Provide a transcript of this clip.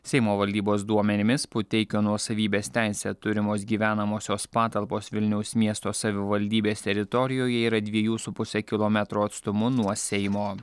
seimo valdybos duomenimis puteikio nuosavybės teise turimos gyvenamosios patalpos vilniaus miesto savivaldybės teritorijoje yra dviejų su puse kilometro atstumu nuo seimo